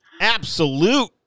Absolute